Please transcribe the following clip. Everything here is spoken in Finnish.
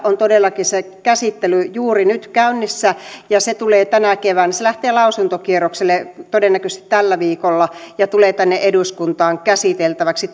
on todellakin se käsittely juuri nyt käynnissä ja se tulee tänä keväänä se lähtee lausuntokierrokselle todennäköisesti tällä viikolla ja tulee tänne eduskuntaan käsiteltäväksi